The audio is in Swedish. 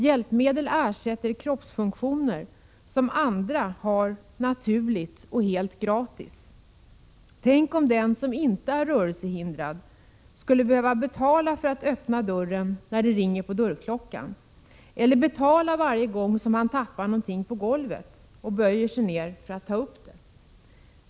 Hjälpmedel ersätter kroppsfunktioner, som andra har naturligt och helt gratis. Tänk om den som inte är rörelsehindrad skulle behöva betala för att öppna dörren när det ringer på dörrklockan eller betala varje gång han tappar någonting på golvet och böjer sig ner för att ta upp det.